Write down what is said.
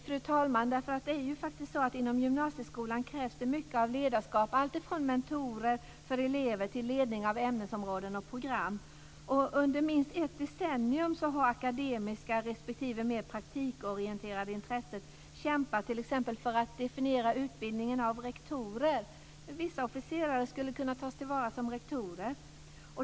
Fru talman! Inom gymnasieskolan krävs det mycket ledarskap alltifrån mentorer för elever till ledning av ämnesområden och program. Under minst ett decennium har akademiska respektive mer praktikorienterade intressen kämpat för att t.ex. definiera utbildningen av rektorer. Vissa officerare skulle kunna tas till vara som rektorer.